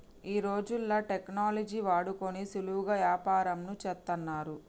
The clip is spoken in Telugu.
ఈ రోజుల్లో టెక్నాలజీని వాడుకొని సులువుగా యాపారంను చేత్తన్నారు